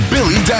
Billy